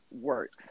works